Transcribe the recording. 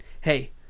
Hey